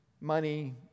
money